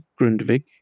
Grundvig